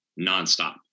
nonstop